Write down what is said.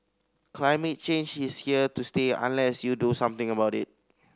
climate change is here to stay unless you do something about it